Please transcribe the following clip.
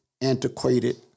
antiquated